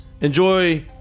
Enjoy